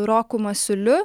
roku masiuliu